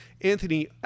Anthony